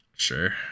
sure